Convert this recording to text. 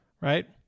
right